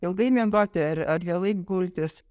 ilgai miegoti ar ar vėlai gultis